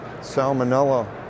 salmonella